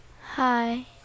Hi